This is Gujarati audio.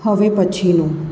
હવે પછીનું